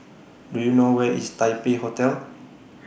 Do YOU know Where IS Taipei Hotel